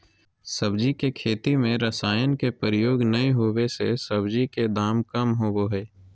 सब्जी के खेती में रसायन के प्रयोग नै होबै से सब्जी के दाम कम होबो हइ